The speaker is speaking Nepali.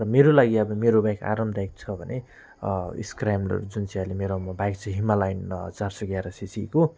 र मेरो लागि अब मेरो बाइक आरामदायक छ भने स्क्रैम्ब्लर जुन चाहिँ अहिले मेरोमा बाइक छ हिमालयन चार सौ ग्यारह सिसीको